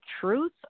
truth